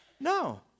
No